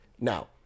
Now